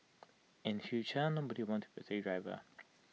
in future nobody want to be A taxi driver